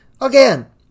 Again